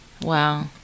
Wow